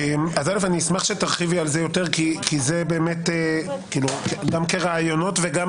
אני אשמח שתרחיבי על זה יותר, גם כרעיונות וגם